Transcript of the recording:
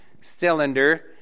cylinder